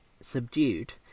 subdued